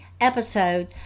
episode